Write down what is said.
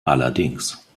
allerdings